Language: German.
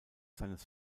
seines